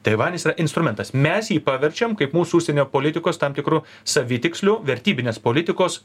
taivanis yra instrumentas mes jį paverčiam kaip mūsų užsienio politikos tam tikru savitiksliu vertybinės politikos